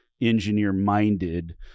engineer-minded